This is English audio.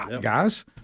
Guys